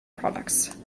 products